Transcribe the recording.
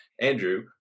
Andrew